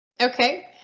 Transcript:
Okay